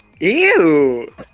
Ew